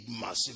massive